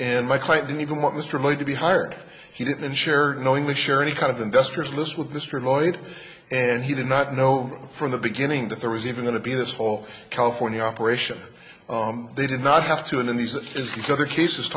and my client didn't even want mr mudd to be hired he didn't share knowingly share any kind of investors in this with mr lloyd and he did not know from the beginning that there was even going to be this whole california operation they did not have to in these it is these other cases